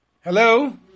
Hello